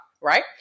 right